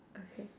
okay